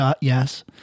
Yes